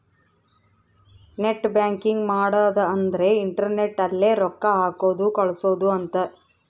net banking ಮಾಡದ ಅಂದ್ರೆ internet ಅಲ್ಲೆ ರೊಕ್ಕ ಹಾಕೋದು ಕಳ್ಸೋದು ಅಂತ